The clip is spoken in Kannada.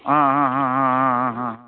ಹಾಂ ಹಾಂ ಹಾಂ ಹಾಂ ಹಾಂ ಹಾಂ ಹಾಂ ಹಾಂ